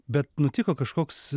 bet nutiko kažkoks